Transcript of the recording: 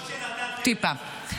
טיפה.